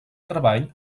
treball